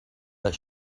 that